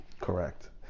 correct